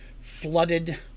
flooded